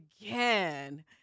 again